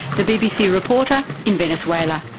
the bbc reporter in venezuela.